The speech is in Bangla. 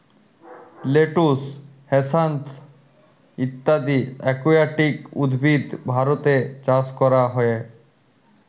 লেটুস, হ্যাসান্থ ইত্যদি একুয়াটিক উদ্ভিদ ভারতে চাস ক্যরা হ্যয়ে